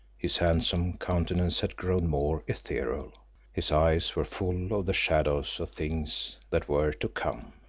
his handsome countenance had grown more ethereal his eyes were full of the shadows of things that were to come.